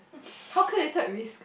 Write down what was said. calculated risk